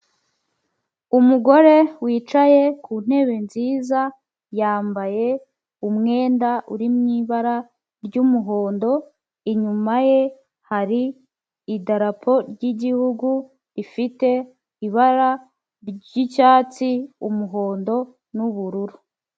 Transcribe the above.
Umugore wicaye ku ntebe nziza, yambaye umwenda uri mu ibara ry'umuhondo, inyuma ye hari idarapo ry'igihugu rifite ibara ry'icyatsi, umuhondo n'ubururu.